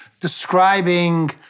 describing